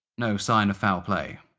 no sign of foul play.